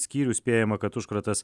skyrių spėjama kad užkratas